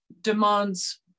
demands